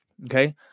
Okay